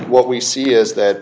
what we see is that